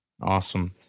Awesome